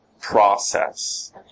process